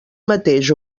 mateix